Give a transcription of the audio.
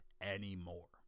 anymore